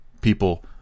people